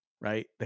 right